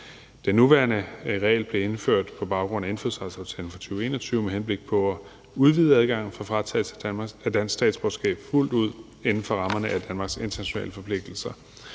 Den nuværende regel blev indført på baggrund af indfødsretsaftalen fra 2021 med henblik på at udvide adgangen for en fratagelse af dansk statsborgerskab, hvis det er fuldt ud inden for rammerne af Danmarks internationale forpligtelser,